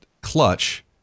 clutch